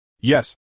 Yes